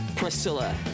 Priscilla